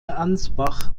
ansbach